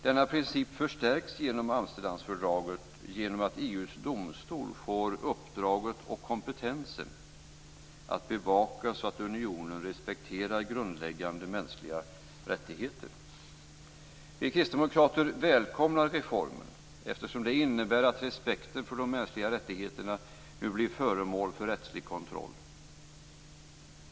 Denna princip förstärks genom Amsterdamfördraget genom att EU:s domstol får uppdraget och kompetensen att bevaka att unionen respekterar grundläggande mänskliga rättigheter. Vi kristdemokrater välkomnar reformen, eftersom det innebär att respekten för de mänskliga rättigheterna nu blir föremål för rättslig kontroll.